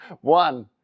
one